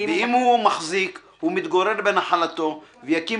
"ואם הוא מחזיק הוא מתגורר בנחלתו ויקים